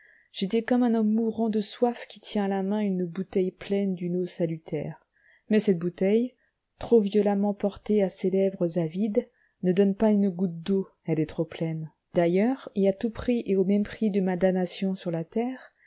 j'étais comme un homme mourant de soif qui tient à la main une bouteille pleine d'une eau salutaire mais cette bouteille trop violemment portée à ses lèvres avides ne donne pas une goutte d'eau elle est trop pleine d'ailleurs et à tout prix et même au prix de ma damnation sur la terre